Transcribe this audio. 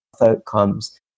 outcomes